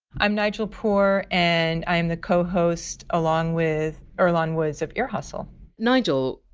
i'm nigel poor, and i'm the co-host along with earlonne woods of ear hustle nigel,